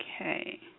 Okay